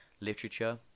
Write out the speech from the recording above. literature